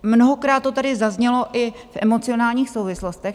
Mnohokrát to tady zaznělo i v emocionálních souvislostech.